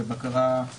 ובמקרה גם אני.